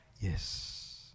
Yes